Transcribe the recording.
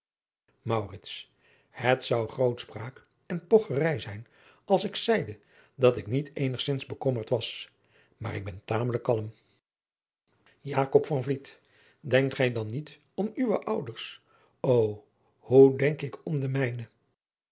het zou grootspraak en pogcherij zijn als ik zeide dat ik niet eenigzins bekommerd was maar ik ben tamelijk kalm jakob van vliet denkt gij dan niet om uwe ouders o hoe denk ik om de mijne